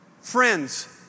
Friends